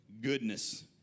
goodness